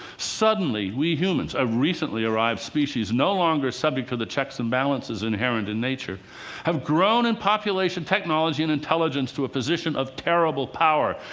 suddenly, we humans a recently arrived species no longer subject to the checks and balances inherent in nature have grown in population, technology and intelligence to a position of terrible power.